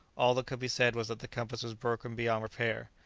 all that could be said was that the compass was broken beyond repair.